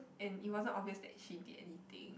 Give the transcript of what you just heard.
and it wasn't obvious that she did anything